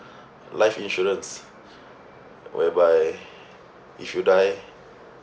life insurance whereby if you die